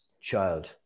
child